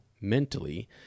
mentally